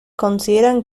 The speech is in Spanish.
consideran